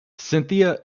cynthia